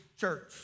church